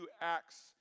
Acts